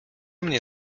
mnie